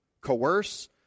coerce